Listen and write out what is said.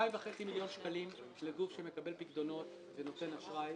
2.5 מיליון שקלים לגוף שמקבל פיקדונות ונותן אשראי,